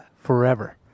forever